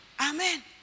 Amen